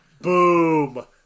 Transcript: Boom